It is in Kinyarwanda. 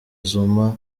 zuma